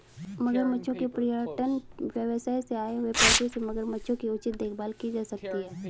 मगरमच्छों के पर्यटन व्यवसाय से आए हुए पैसों से मगरमच्छों की उचित देखभाल की जा सकती है